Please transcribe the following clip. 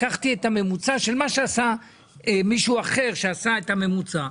לקחתי את הממוצע של מה שעשה מישהו אחר שעשה את הממוצע.